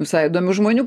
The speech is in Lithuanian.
visai įdomių žmonių